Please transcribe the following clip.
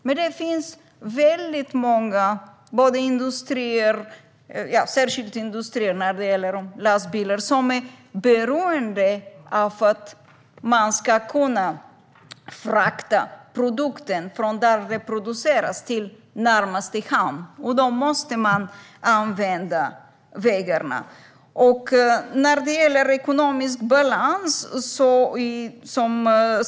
Men det finns många industrier som är beroende av att kunna frakta sina produkter från den plats där de produceras till närmaste hamn. Då måste vägar användas.